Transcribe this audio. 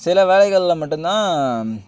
சில வேலைகளில் மட்டும்தான்